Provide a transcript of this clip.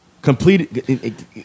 Completed